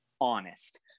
honest